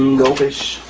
go fish.